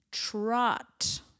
trot